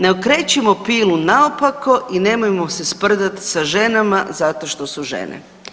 Ne okrećimo pilu naopako i nemojmo se sprdati sa ženama zato što su žene.